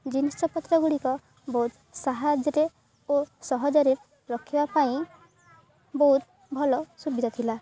ଜିନିଷପତ୍ର ଗୁଡ଼ିକ ବହୁତ ସାହାଯ୍ୟରେ ଓ ସହଜରେ ରଖିବା ପାଇଁ ବହୁତ ଭଲ ସୁବିଧା ଥିଲା